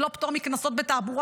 זה לא פטור מקנסות בתעבורה,